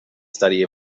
study